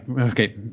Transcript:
Okay